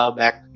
back